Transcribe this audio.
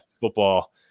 football